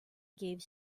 gave